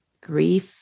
grief